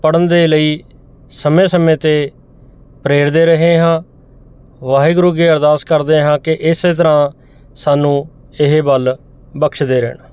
ਪੜ੍ਨਹ ਦੇ ਲਈ ਸਮੇਂ ਸਮੇਂ ਤੇ ਪ੍ਰੇਰਦੇ ਰਹੇ ਹਾਂ ਵਾਹਿਗੁਰੂ ਕੀ ਅਰਦਾਸ ਕਰਦੇ ਹਾਂ ਕਿ ਇਸੇ ਤਰ੍ਹਾਂ ਸਾਨੂੰ ਇਹ ਵੱਲ ਬਖਸ਼ਦੇ ਰਹਿਣਾ